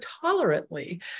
tolerantly